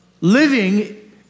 living